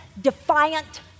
defiant